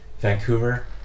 Vancouver